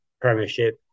premiership